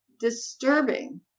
disturbing